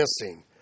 missing